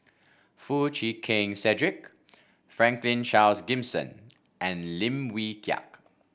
Foo Chee Keng Cedric Franklin Charles Gimson and Lim Wee Kiak